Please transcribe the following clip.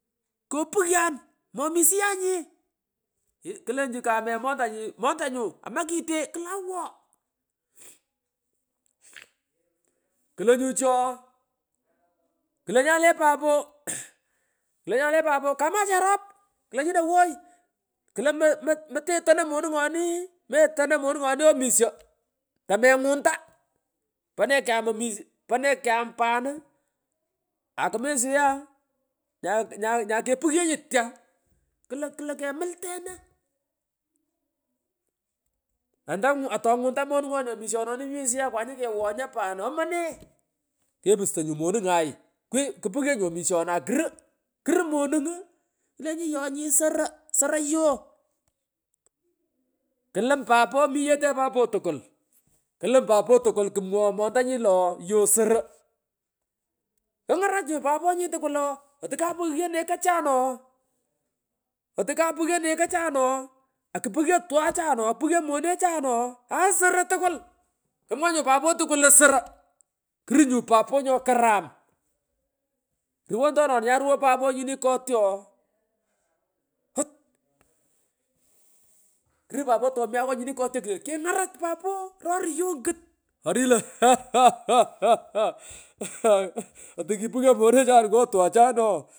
Kopughan momishianye ghh klenju kame montanyi montenyu anza kite klo awon polo klonyu chii oo klo nyale papo ihh klo nyale papo kama cherop klo nyino wooy klo motetono monungoni metano monungoni omisho tamengunda ponee kyam omish ponee kyam pan nuh akumi syaa nyagh nyagh kepaghenyi tyaa klo klo kemultena ngalan sopuch antangu atongunda monungoni omishononi sya angwanyi omishonagh akuruw kruu monung uuh klenji yonyi soro soro yoo ngalan chii klum papo mi yetee papo tukwu klam papo tukwu kumwoghoy montanyi lo ooh yoo soro kngarach nyu paponyi tukwul ooh atukyapughyo nekachan ooh akupughyo nekachan ooh akupughyo monechan ooh aaii soro tukwul kumwa nyu papo tukwul lo soro kruu nyu papo nyokaram ruwontonona nyay ruwoy papo nyini kolyo ooh ouch kamung kru papo nyini le ogho nyini kotyo kire kngarach papo rariyu ongut roriyi la oooh ooh ooh ooh ooh.